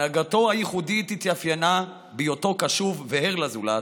הנהגתו הייחודית התאפיינה בהיותו קשוב וער לזולת.